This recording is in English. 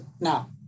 Now